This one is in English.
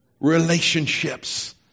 relationships